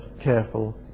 careful